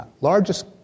largest